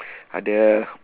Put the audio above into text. ada